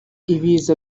ibiza